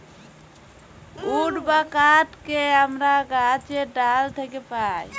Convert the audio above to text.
would বা কাহাঠকে আমরা গাহাছের ডাহাল থ্যাকে পাই